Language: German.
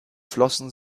flossen